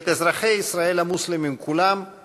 את עובדי הכנסת ואת אזרחי ישראל המוסלמים כולם,